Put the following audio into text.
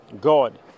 god